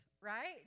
right